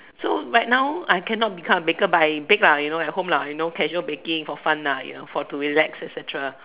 so right now I cannot become a baker but I bake lah you know at home lah you know casual baking for fun lah you know for to relax et-cetera